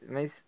Mas